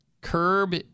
Curb